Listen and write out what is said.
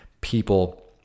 people